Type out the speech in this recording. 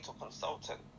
consultant